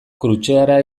krutxeara